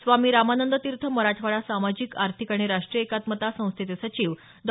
स्वामी रामानंद तीर्थ मराठवाडा सामाजिक आर्थिक आणि राष्ट्रीय एकात्मता संस्थेचे सचिव डॉ